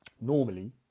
Normally